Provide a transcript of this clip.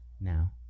now